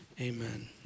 amen